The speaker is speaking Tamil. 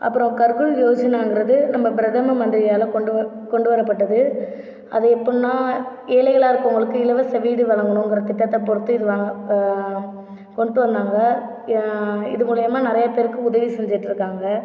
அப்புறம் கர்பன் ரோஷனாங்கிறது நம்ம பிரதம மந்திரியால் கொண்டு கொண்டுவரப்பட்டது அது எப்படின்னா ஏழைகளாக இருக்கிறவங்களுக்கு இலவச வீடு வழங்கணுங்குற திட்டத்தப் பொருத்திருக்காங்க இப்போ கொண்டு வந்தாங்கள் இது மூலமா நிறைய பேருக்கு உதவி செஞ்சுட்டுருக்காங்க